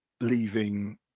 leaving